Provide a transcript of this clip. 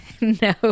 No